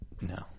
No